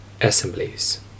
assemblies